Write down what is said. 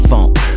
Funk